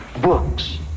books